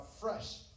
fresh